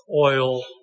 oil